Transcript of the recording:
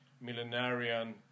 millenarian